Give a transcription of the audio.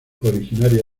originaria